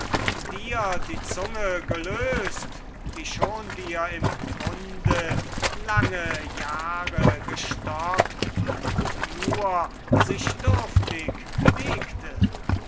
dir die zunge gelöst die schon dir im munde lange jahre gestockt und nur sich dürftig bewegte